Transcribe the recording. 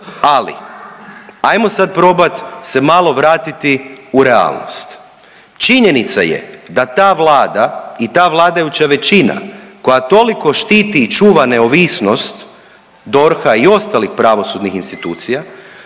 Ali, ajmo sad probat se malo vratiti u realnost. Činjenica je da ta vlada i ta vladajuća većina koja toliko štiti i čuva neovisnost DORH-a i ostalih pravosudnih institucija,